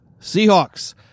Seahawks